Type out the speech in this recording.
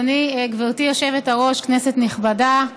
גברתי היושבת-ראש, כנסת נכבדה,